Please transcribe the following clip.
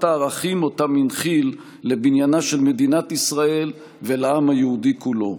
הערכים שהנחיל לבניינה של מדינת ישראל ולעם היהודי כולו.